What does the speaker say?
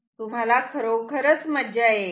तुम्हाला खरोखर मजा येईल